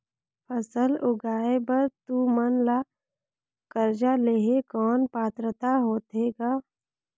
फसल उगाय बर तू मन ला कर्जा लेहे कौन पात्रता होथे ग?